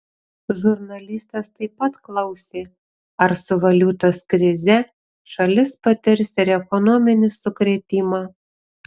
žurnalistas taip pat klausė ar su valiutos krize šalis patirs ir ekonominį sukrėtimą